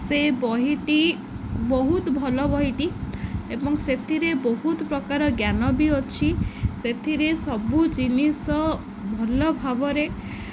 ସେ ବହିଟି ବହୁତ ଭଲ ବହିଟି ଏବଂ ସେଥିରେ ବହୁତ ପ୍ରକାର ଜ୍ଞାନ ବି ଅଛି ସେଥିରେ ସବୁ ଜିନିଷ ଭଲ ଭାବରେ